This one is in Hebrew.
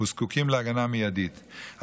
וזקוקים להגנה מיידית.